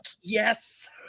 yes